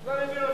לא מבין אותך.